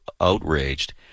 outraged